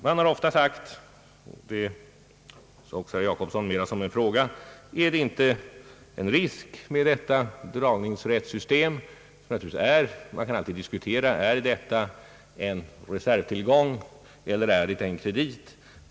Man har ofta sagt — herr Jacobsson har uttalat det här mera som en fråga: Är det inte en risk förenad med detta dragningsrättssystem? Man kan naturligtvis alltid diskutera frågan: Är detta en reservtillgång eller är det en kredit?